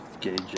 gauge